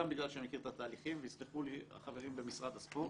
גם בגלל שאני מכיר את התהליכים ויסלחו לי החברים במשרד הספורט,